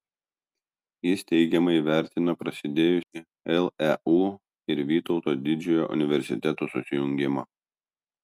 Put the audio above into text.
jis teigiamai įvertino prasidėjusį leu ir vytauto didžiojo universitetų susijungimą